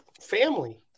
family